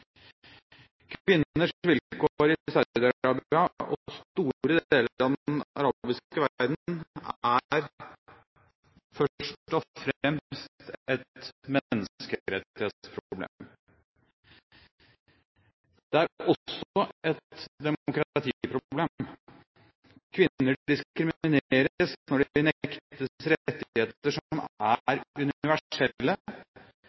Kvinners vilkår i Saudi-Arabia og store deler av den arabiske verden er først og fremst et menneskerettighetsproblem. Det er også et demokratiproblem. Kvinner diskrimineres når de nektes rettigheter som er universelle, og som er slått fast i FNs erklæring om menneskerettighetene. For det